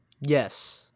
yes